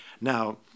Now